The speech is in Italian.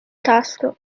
tasto